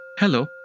Hello